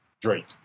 Drake